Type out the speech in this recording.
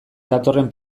datorren